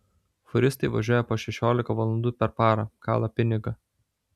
fūristai važiuoja po šešiolika valandų per parą kala pinigą